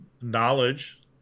knowledge